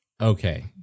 Okay